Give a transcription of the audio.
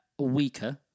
weaker